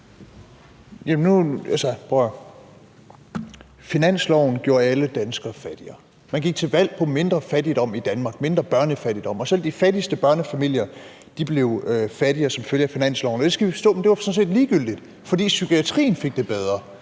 Finansloven gjorde alle danskere fattigere. Man gik til valg på mindre fattigdom i Danmark, mindre børnefattigdom, og selv de fattigste børnefamilier blev fattigere som følge af finansloven. Og det var sådan set ligegyldigt, fordi psykiatrien fik det bedre.